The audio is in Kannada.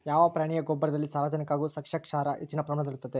ಯಾವ ಪ್ರಾಣಿಯ ಗೊಬ್ಬರದಲ್ಲಿ ಸಾರಜನಕ ಹಾಗೂ ಸಸ್ಯಕ್ಷಾರ ಹೆಚ್ಚಿನ ಪ್ರಮಾಣದಲ್ಲಿರುತ್ತದೆ?